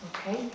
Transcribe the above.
Okay